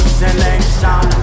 selection